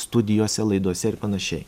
studijose laidose ir panašiai